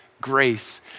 grace